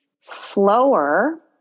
Slower